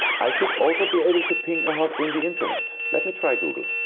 i should also be able to ping a host in the internet let me try google